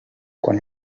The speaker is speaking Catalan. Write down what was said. quan